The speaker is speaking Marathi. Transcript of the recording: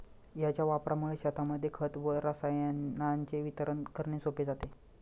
याच्या वापरामुळे शेतांमध्ये खत व रसायनांचे वितरण करणे सोपे जाते